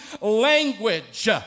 language